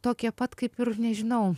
tokie pat kaip ir nežinau